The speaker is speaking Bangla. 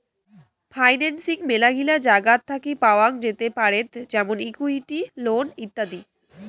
ফাইন্যান্সিং মেলাগিলা জায়গাত থাকি পাওয়াঙ যেতে পারেত যেমন ইকুইটি, লোন ইত্যাদি